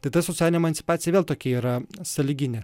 tai ta socialinė emancipacijąavėl tokia yra sąlyginė